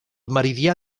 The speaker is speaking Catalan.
meridià